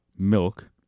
Milk